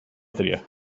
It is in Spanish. patria